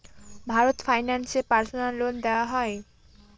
Bharat Finance এ personal loan দেওয়া হয়?